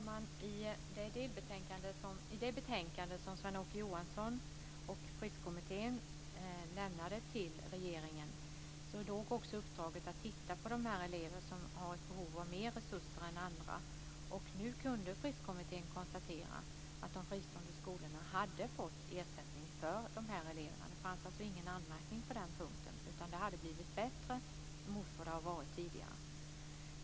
Fru talman! I det betänkande som Sven-Åke Johansson och Fristkommittén lämnade till regeringen låg också uppdraget att titta på de elever som har ett behov av mer resurser än andra. Nu kunde Fristkommittén konstatera att de fristående skolorna hade fått ersättning för de här eleverna. Det fanns alltså ingen anmärkning på den punkten, utan det hade blivit bättre jämfört med vad det har varit tidigare.